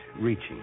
reaching